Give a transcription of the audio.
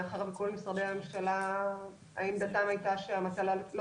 מאחר שעמדת כל משרדי הממשלה הייתה שהמטלה לא